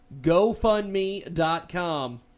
GoFundMe.com